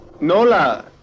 Nola